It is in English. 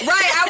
Right